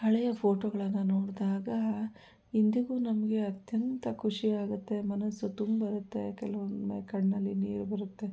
ಹಳೆಯ ಫೋಟೋಗಳನ್ನು ನೋಡಿದಾಗ ಇಂದಿಗೂ ನಮ್ಗೆ ಅಂತ್ಯಂತ ಖುಷಿ ಆಗತ್ತೆ ಮನಸ್ಸು ತುಂಬರುತ್ತೆ ಕೆಲವೊಮ್ಮೆ ಕಣ್ಣಲ್ಲಿ ನೀರು ಬರುತ್ತೆ